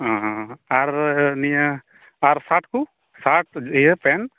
ᱚ ᱟᱨ ᱱᱤᱭᱟᱹ ᱟᱨ ᱥᱟᱴ ᱠᱚ ᱥᱟᱴ ᱤᱭᱟᱹ ᱯᱮᱱᱴ